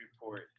report